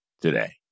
today